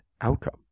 outcome